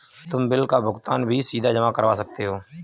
तुम बिल का भुगतान भी सीधा जमा करवा सकते हो